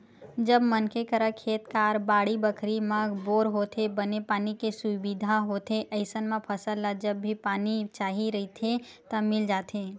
जब मनखे करा खेत खार, बाड़ी बखरी म बोर होथे, बने पानी के सुबिधा होथे अइसन म फसल ल जब भी पानी चाही रहिथे त मिल जाथे